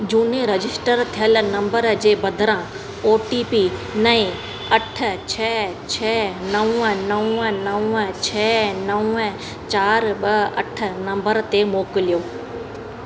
जूने रजिस्टर थियल नंबर जे बदिरां ओ टी पी नएं अठ छ छ नव नव नव छ नव चारि ॿ अठ नंबर ते मोकिलियो